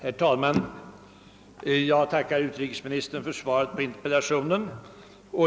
Herr talman! Jag tackar utrikesministern för svaret på interpellationen.